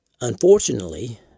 Unfortunately